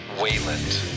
Wayland